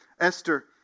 Esther